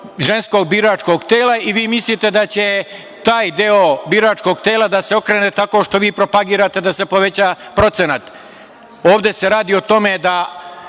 ženskog biračkog tela i vi mislite da će taj deo biračkog tela da se okrene tako što vi propagirate da se poveća procenat. Ovde se radi o tome da